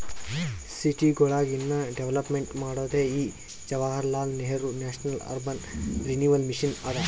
ಸಿಟಿಗೊಳಿಗ ಇನ್ನಾ ಡೆವಲಪ್ಮೆಂಟ್ ಮಾಡೋದೇ ಈ Jawaharlal Nehru national urban renewal mission ಅದಾ